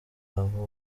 aho